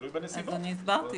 הסברתי.